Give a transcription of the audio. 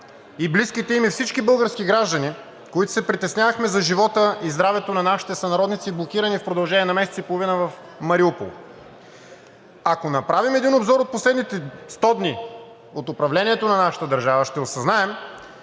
и близките им, и всички български граждани, които се притеснявахме за живота и здравето на нашите сънародници, блокирани в продължение на месец и половина в Мариупол. Ако направим един обзор от последните 100 дни от управлението на нашата държава, ще осъзнаем,